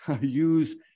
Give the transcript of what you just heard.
use